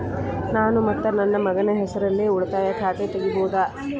ನಾನು ಮತ್ತು ನನ್ನ ಮಗನ ಹೆಸರಲ್ಲೇ ಉಳಿತಾಯ ಖಾತ ತೆಗಿಬಹುದ?